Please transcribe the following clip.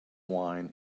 wine